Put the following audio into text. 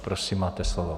Prosím, máte slovo.